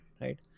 right